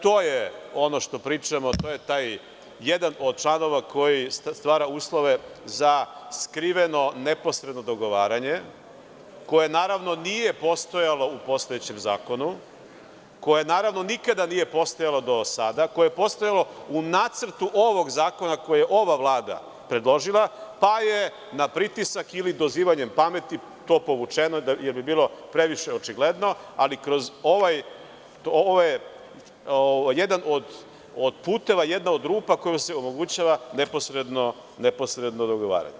To je ono što pričamo, to je jedan od članova koji stvara uslove za skriveno neposredno dogovaranje koje naravno nije postojalo u postojećem zakonu, koje naravno nikada nije postojalo do sada, koje je postojalo u Nacrtu ovog zakona koji je ova Vlada predložila, pa je na pritisak ili dozivanjem pameti to povučeno, jer bi bilo previše očigledno, ali ovo je jedan od puteva, jedna od rupa kojom se omogućava neposredno dogovaranje.